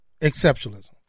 exceptionalism